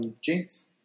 Jinx